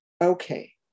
okay